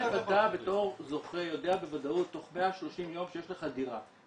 אתה בתור זוכה יודע בוודאות תוך 130 יום שיש לך דירה.